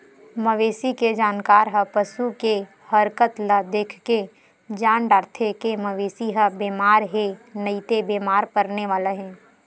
मवेशी के जानकार ह पसू के हरकत ल देखके जान डारथे के मवेशी ह बेमार हे नइते बेमार परने वाला हे